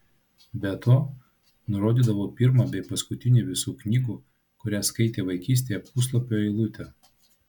be to nurodydavo pirmą bei paskutinę visų knygų kurias skaitė vaikystėje puslapio eilutę